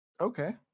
Okay